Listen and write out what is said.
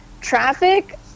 Traffic